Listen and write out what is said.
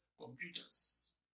computers